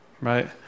Right